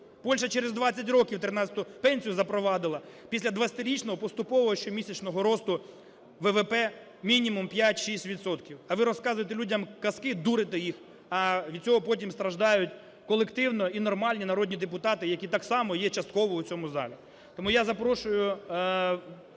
Польща через 20 років 13-у пенсію запровадила, після 20-річного поступового щомісячного росту ВВП мінімум 5-6 відсотків. А ви розказуєте людям казки, дурите їх, а від цього потім страждають колективно і нормальні народні депутати, які так само є частково в цьому залі. Тому я запрошую